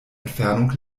entfernung